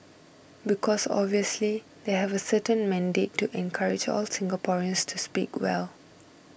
because obviously they have a certain mandate to encourage all Singaporeans to speak well